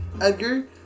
Edgar